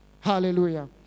Hallelujah